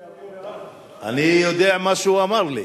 למה אתה בטוח, אני, אני יודע מה שהוא אמר לי.